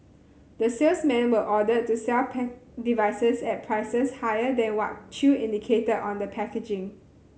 the salesmen were ordered to sell devices at prices higher than what Chew indicated on the packaging